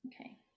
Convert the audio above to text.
okay